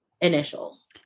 initials